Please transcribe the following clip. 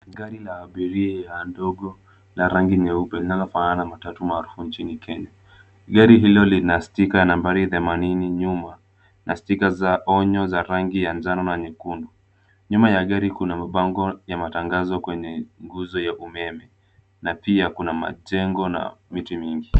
Gari la abiria ya ndogo la rangi nyeupe linalofanana na matatu maarufu nchini Kenya, gari hilo linastika nambari 80 nyuma na stika za onyo za rangi ya njano na nyekundu. Nyuma ya gari kuna mabango ya matangazo kwenye nguzo ya umeme. Na pia kuna majengo na miti mingi.